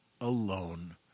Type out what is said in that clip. alone